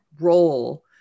role